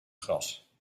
gras